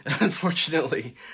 Unfortunately